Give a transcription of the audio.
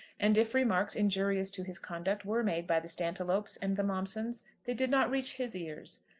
and if remarks injurious to his conduct were made by the stantiloups and the momsons, they did not reach his ears.